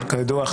אבל כידוע,